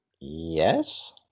Yes